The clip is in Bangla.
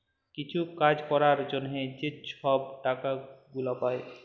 কিছু কাজ ক্যরার জ্যনহে যে ছব টাকা গুলা পায়